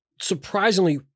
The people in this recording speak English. Surprisingly